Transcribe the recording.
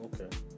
Okay